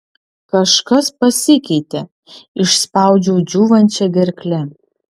kažkas pasikeitė išspaudžiau džiūvančia gerkle